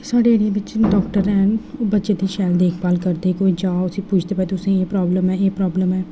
साढ़े एरिया बिच्च बी डाक्टर हैन बच्चे दी शैल देखभाल करदे कोई जा उसी पुछदे बाई तुसेंगी केह् प्राबल्म ऐ एह् प्राबल्म ऐ